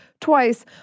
twice